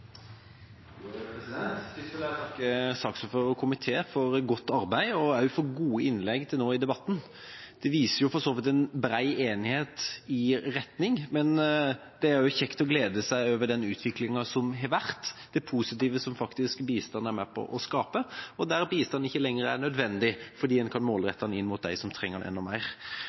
Først vil jeg takke saksordføreren og komiteen for et godt arbeid og for gode innlegg til nå i debatten. Det viser for så vidt en bred enighet i retning, men det er også kjekt å glede seg over den utviklinga som har vært – det positive som bistand faktisk er med på å skape, og der bistand ikke lenger er nødvendig fordi en kan målrette den inn mot dem som trenger det enda mer.